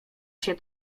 się